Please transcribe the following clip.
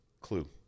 clue